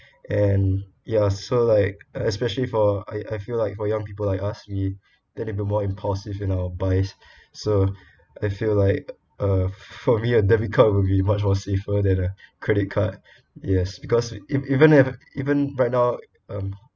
and ya so like especially for I I feel like for young people like us we definitely more impulsive in our buys so I feel like uh for me a debit card will be much more safer than a credit card yes because e~ even have even right now